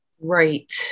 Right